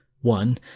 One